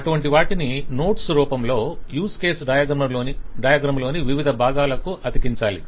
అటువంటివాటిని notes రూపంలో use case diagram లోని వివిధ భాగాలకు అతికించాలి